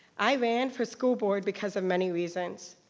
i ran for school board because of many reasons,